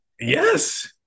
yes